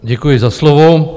Děkuji za slovo.